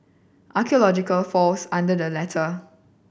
archaeology falls under the latter